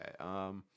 Okay